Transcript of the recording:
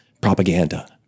propaganda